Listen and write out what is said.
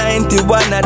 91